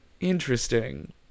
interesting